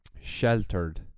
sheltered